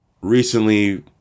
Recently